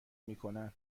میکنن